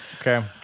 Okay